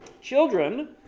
children